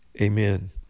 amen